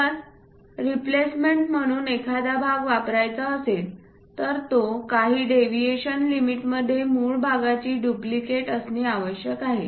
जर रिप्लेसमेंट म्हणून एखादा भाग वापरायचा असेल तर तो काही डेविएशन लिमिट मध्ये मूळ भागाची डुप्लिकेट असणे आवश्यक आहे